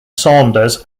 saunders